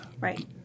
Right